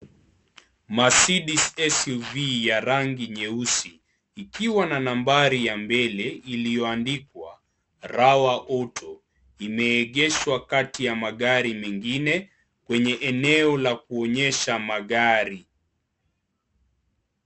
Mercedes SUV ya rangi nyeusi ikiwa na nambari ya mbele iliyo andikwa "RAWAAUTO" imeegeshwa kati ya magari mengine kwenye eneo la kuonyesha magari.